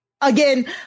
Again